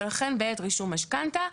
ולכן בעת רישום משכנתא,